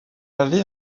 avait